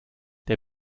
der